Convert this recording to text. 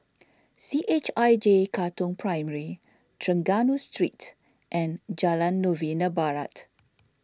C H I J Katong Primary Trengganu Street and Jalan Novena Barat